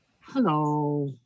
Hello